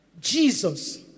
Jesus